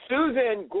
Susan